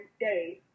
days